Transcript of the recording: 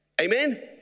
Amen